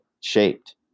shaped